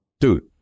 dude